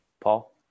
Paul